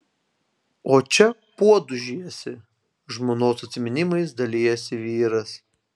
o čia puodus žiesi žmonos atsiminimais dalijasi vyras